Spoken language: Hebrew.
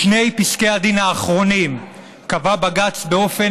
בשני פסקי הדין האחרונים קבע בג"ץ באופן